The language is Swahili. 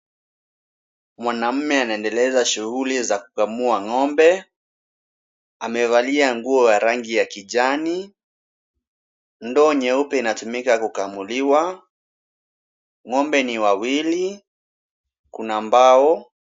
Mwanaume anaendeleza shughuli za kukamua ng'ombe. Amevalia nguo ya rangi ya kijani, ndoo nyeupe inatumika kukamuliwa. Ng'ombe ni wawili. Kuna mbao.